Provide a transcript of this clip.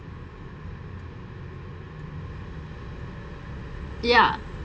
ya